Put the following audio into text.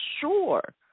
sure